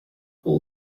all